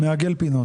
אני מעגל פינות.